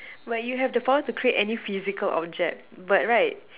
but you have the power to create any physical object but right